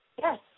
Yes